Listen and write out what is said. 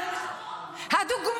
--- ירדת מהפסים.